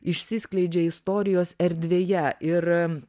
išsiskleidžia istorijos erdvėje ir